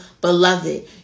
beloved